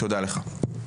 תודה לך.